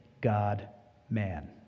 God-man